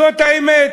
זאת האמת.